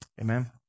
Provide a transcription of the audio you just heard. Amen